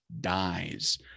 dies